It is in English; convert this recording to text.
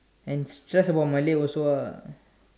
and stress about Monday also ah